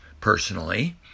personally